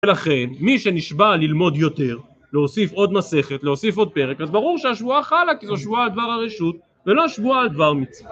ולכן מי שנשבע ללמוד יותר, להוסיף עוד מסכת, להוסיף עוד פרק אז ברור שהשבועה חלה כי זו שבועה על דבר הרשות ולא שבועה על דבר מצוה